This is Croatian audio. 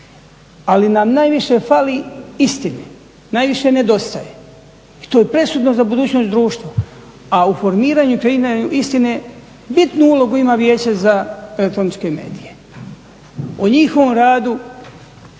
ali nam najviše fali istine, najviše nedostaje i to je presudno za budućnost društva, a u formiranju istine bitnu ulogu ima Vijeće za elektroničke medije. O njihovom radu